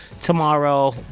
tomorrow